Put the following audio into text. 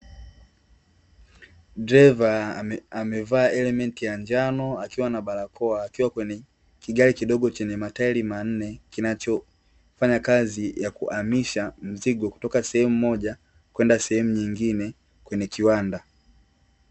Dreva amevaa elementi ya njano akiwa na barakoa akiwa na kigari kidogo chenye matairi manne, kinachofanya kazi ya kuhamisha mizigo kutoka sehemu moja kwenda sehemu nyingine kwenye kiwanda.